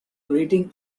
greeting